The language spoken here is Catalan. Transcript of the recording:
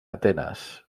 atenes